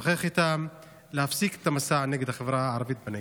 לשוחח איתם ולהפסיק את המסע נגד החברה הערבית בנגב.